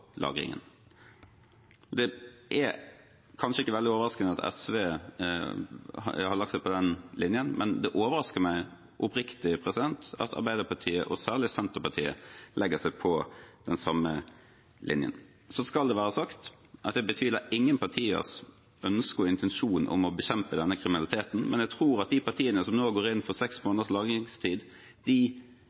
lagringen. Det er kanskje ikke veldig overraskende at SV har lagt seg på den linjen, men det overrasker meg oppriktig at Arbeiderpartiet og særlig Senterpartiet legger seg på den samme linjen. Så skal det være sagt at jeg betviler ingen partiers ønske og intensjon om å bekjempe denne kriminaliteten, men jeg tror at de partiene som nå går inn for seks måneders lagringstid,